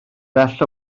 bell